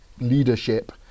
leadership